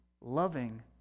loving